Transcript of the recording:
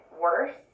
worse